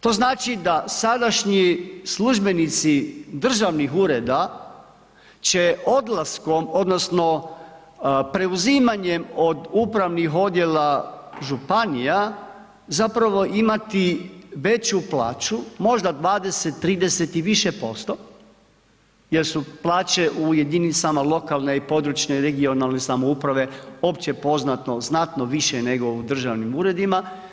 To znači da sadašnji službenici državnih ureda će odlaskom, odnosno preuzimanjem od upravnih odjela županija zapravo imati veću plaću, možda 20, 30 i više % jer su plaće u jedinicama lokalne i područne (regionalne) samouprave opće poznato, znatno više nego u državnim uredima.